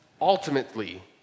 ultimately